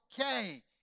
okay